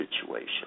situation